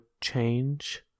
change